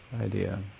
idea